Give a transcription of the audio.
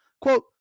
Quote